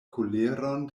koleron